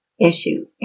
issue